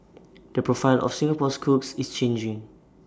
the profile of Singapore's cooks is changing